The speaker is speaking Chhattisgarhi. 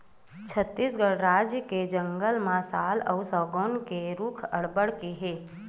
छत्तीसगढ़ राज के जंगल म साल अउ सगौन के रूख अब्बड़ के हे